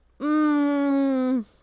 Mmm